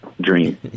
dream